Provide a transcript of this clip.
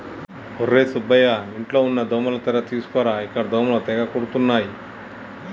ఒర్రే సుబ్బయ్య ఇంట్లో ఉన్న దోమల తెర తీసుకురా ఇక్కడ దోమలు తెగ కుడుతున్నాయి